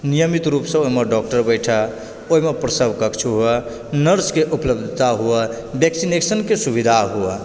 नियमित रूपसँ ओहिमे डॉक्टर बैठे ओहिमे प्रसव कक्ष हुए नर्सके उपलब्धता हुए वैक्सिनेशनके सुविधा हुए